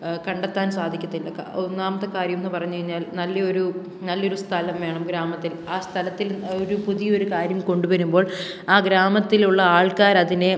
കണ്ടെത്താൻ സാധിക്കത്തില്ല ഒന്നാമത്തെ കാര്യം എന്ന് പറഞ്ഞു കഴിഞ്ഞാൽ നല്ല ഒരു നല്ല ഒരു സ്ഥലം വേണം ഗ്രാമത്തിൽ ആ സ്ഥലത്തിൽ ഒരു പുതിയ ഒരു കാര്യം കൊണ്ട് വരുമ്പോൾ ആ ഗ്രാമത്തിലുള്ള ആൾക്കാർ അതിനെ